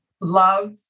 love